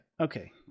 okay